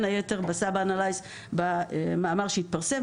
בין היתר ב-subanalysis במאמר שהתפרסם.